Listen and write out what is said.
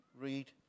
read